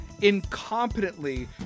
incompetently